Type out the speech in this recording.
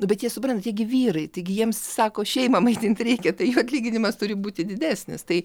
nu bet jie suprantat jie gi vyrai taigi jiems sako šeimą maitint reikia tai jų atlyginimas turi būti didesnis tai